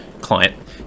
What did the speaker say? client